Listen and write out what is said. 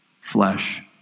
Flesh